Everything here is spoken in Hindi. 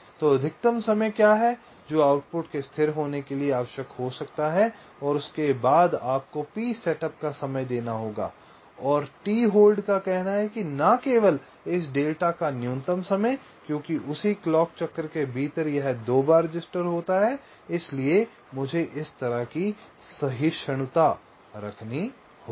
तो अधिकतम समय क्या है जो आउटपुट के स्थिर होने के लिए आवश्यक हो सकता है और उसके बाद आपको P सेटअप का समय देना होगा और t होल्ड का कहना है कि न केवल इस डेल्टा का न्यूनतम समय क्योंकि उसी क्लॉक चक्र के भीतर यह 2 बार रजिस्टर होता है इसलिए मुझे इस तरह की सहिष्णुता रखनी होगी